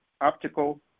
optical